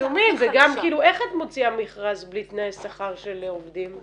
וגם איך את מוציאה מכרז בלי תנאי שכר של עובדים?